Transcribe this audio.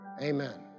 Amen